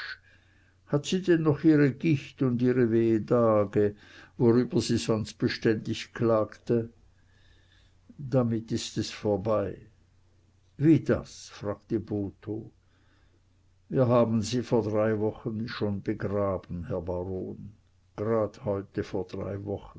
hat sie denn noch ihre gicht und ihre wehdage worüber sie sonst beständig klagte damit ist es vorbei wie das fragte botho wir haben sie vor drei wochen schon begraben herr baron gerade heut vor drei wochen